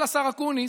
השר אקוניס,